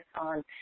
on